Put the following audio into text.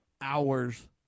hours